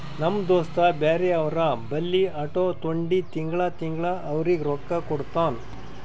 ನಮ್ ದೋಸ್ತ ಬ್ಯಾರೆ ಅವ್ರ ಬಲ್ಲಿ ಆಟೋ ತೊಂಡಿ ತಿಂಗಳಾ ತಿಂಗಳಾ ಅವ್ರಿಗ್ ರೊಕ್ಕಾ ಕೊಡ್ತಾನ್